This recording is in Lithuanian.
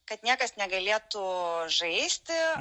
kad niekas negalėtų žaisti